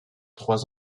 trois